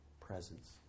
presence